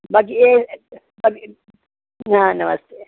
बाकि ए अब न नमस्ते